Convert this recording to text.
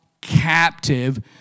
captive